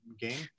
game